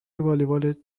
والیبال